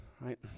right